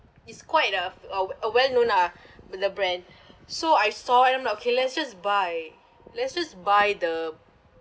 it's quite a a a well known uh for the brand so I saw and okay let's just buy let's just buy the